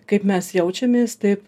kaip mes jaučiamės taip